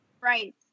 Right